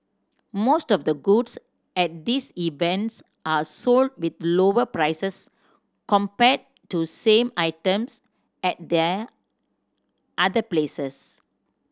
most of the goods at these events are sold with lower prices compared to same items at there other places